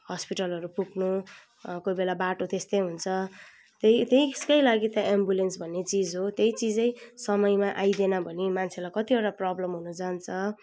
हस्पिटलहरू पुग्नु कोही बेला बाटो त्यस्तै हुन्छ त्यही त्यही त्यसकै लागि त एम्बुलेन्स भन्ने चिज हो त्यही चिज समयमा आइदिएन भनी मान्छेलाई कतिवटा प्रब्लम हुन जान्छ